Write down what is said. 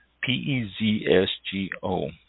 P-E-Z-S-G-O